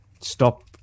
stop